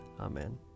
Amen